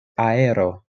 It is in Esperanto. aero